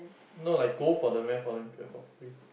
no like go the math Olympiad for free